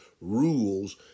rules